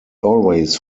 always